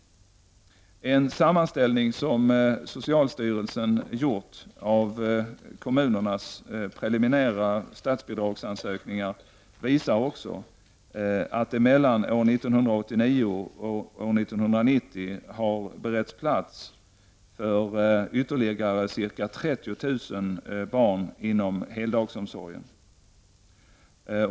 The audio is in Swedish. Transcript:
En sammanställning som socialstyrelsen gjort av kommunernas preliminära statsbidragsansökningar visar också att det mellan år 1989 och år 1990 har beretts plats för ytterligare ca 30 000 barn inom heldagsomsorgen.